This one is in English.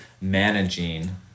managing